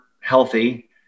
healthy